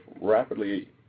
rapidly